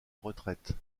retraite